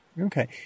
Okay